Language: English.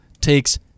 takes